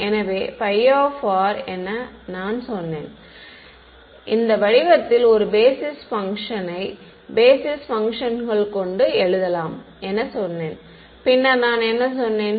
எனவே φ என நான் சொன்னேன் இந்த வடிவத்தில் ஒரு பேஸிஸ் பங்க்ஷனை பேஸிஸ் பங்க்ஷன்கள் கொண்டு எழுதலாம் என்று சொன்னேன் பின்னர் நான் என்ன சொன்னேன்